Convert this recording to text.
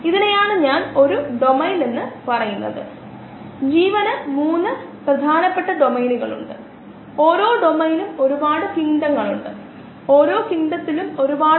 അതിനാൽ നമ്മൾ നിരക്കുകളും പരിഗണിക്കും എല്ലാം നിരക്കുകളിലേക്ക് നയിക്കും മോഡൽ ചെയ്യും മോഡലുകൾ നിരക്കുകളിലേക്ക് നയിക്കപ്പെടും ഗണിതശാസ്ത്ര മോഡലുകൾ നിരക്കുകളിലേക്ക് നയിക്കപ്പെടും എല്ലാ ചർച്ചകളും നിരക്കുകളിലേക്ക് നയിക്കപ്പെടും